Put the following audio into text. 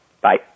Bye